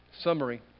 summary